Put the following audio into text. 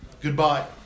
goodbye